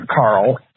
carl